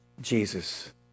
Jesus